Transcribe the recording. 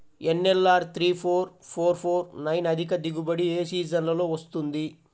NLR three four four four nine అధిక దిగుబడి ఏ సీజన్లలో వస్తుంది?